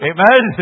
Amen